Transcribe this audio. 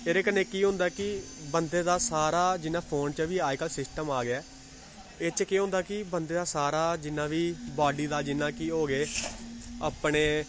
एह्दे कन्नै केह् होंदा कि बंदे दा सारा जि'यां फोन च बी अजकल्ल सिस्टम आ गेआ ऐ एह्दे च केह् होंदा कि बंदे दा सारा जिन्ना बी बाडी दा जि'यां कि हो गे अपने